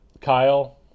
Kyle